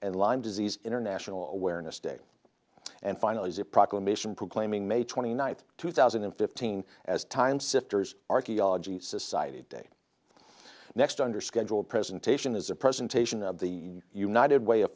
and lyme disease international awareness day and final is a proclamation proclaiming may twenty ninth two thousand and fifteen as time sifters archaeology society day next under schedule a presentation is a presentation of the united way of